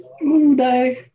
no